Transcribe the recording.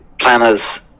planners